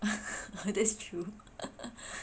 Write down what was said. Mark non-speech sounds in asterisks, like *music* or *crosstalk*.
*laughs* that's true *laughs*